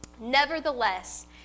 Nevertheless